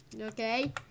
Okay